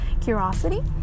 curiosity